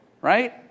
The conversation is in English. right